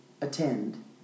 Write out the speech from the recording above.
attend